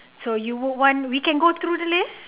so you will want we can go through the list